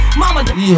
mama